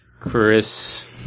Chris